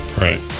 right